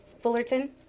Fullerton